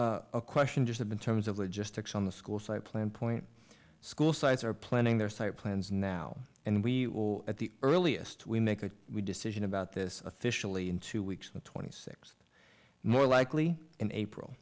question just have been terms of logistics on the school site plan point school sites are planning their site plans now and we at the earliest we make a decision about this officially in two weeks twenty six more likely in april